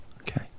okay